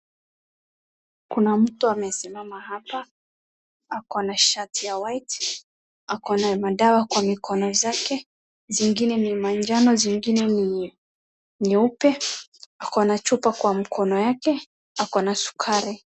Kuna mtu amesimama hapa, akona shati ya white , akona madawa kwa mikono zake, zingine ni manjano, zingine ni nyeupe. Akona chupa kwa mkono yake, akona sukari.